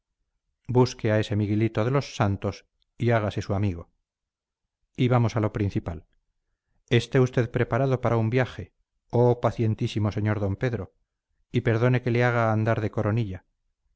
busque a ese miguelito de los santos y hágase su amigo y vamos a lo principal esté usted preparado para un viaje oh pacientísimo señor d pedro y perdone que le haga andar de coronilla